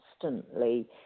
constantly